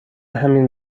همین